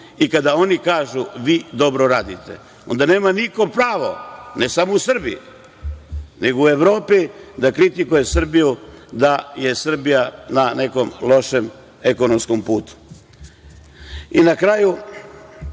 Kada oni kažu – vi dobro radite, onda nema niko pravo, ne samo u Srbiji, nego u Evropi, da kritikuje Srbiju da je Srbija na nekom lošem ekonomskom putu. Na kraju